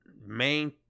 main